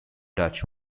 dutch